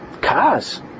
Cars